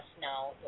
now